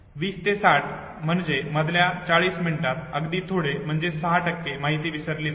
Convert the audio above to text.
20 ते 60 म्हणजे मधल्या 40 मिनिटांत अगदी थोडी म्हणजे 6 माहिती विसरली जाते